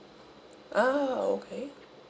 ah okay